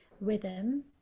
rhythm